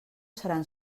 seran